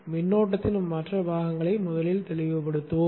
மின்னோட்டத்தின் மற்ற கூறுகளை முதலில் தெளிவுபடுத்துவோம்